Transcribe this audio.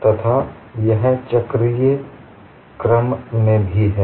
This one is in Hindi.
तथा यह चक्रीय क्रम में भी है